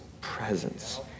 presence